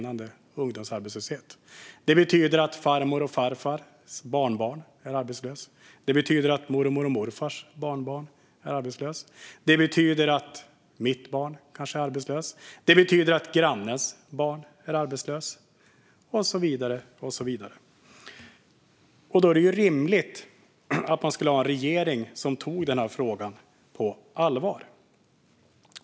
Det betyder att människors barnbarn är arbetslösa. Det betyder kanske att mitt barn går arbetslös. Det betyder att grannens barn är arbetslösa och så vidare. Det vore bra om man hade en regering som tog frågan på allvar.